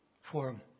forum